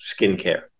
skincare